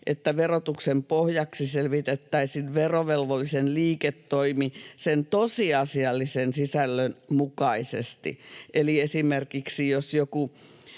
että verotuksen pohjaksi selvitettäisiin verovelvollisen liiketoimi sen tosiasiallisen sisällön mukaisesti. Eli jos esimerkiksi joku